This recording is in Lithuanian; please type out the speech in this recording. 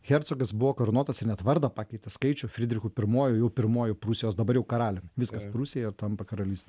hercogas buvo karūnuotas ir net vardą pakeitė skaičių frydrichu pirmuoju jau pirmuoju prūsijos dabar jau karalium viskas prūsija jau tampa karalys